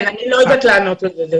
אני לא יודעת לענות על זה.